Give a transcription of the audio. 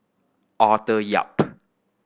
Arthur Yap